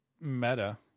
Meta